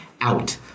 out